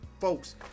folks